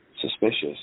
suspicious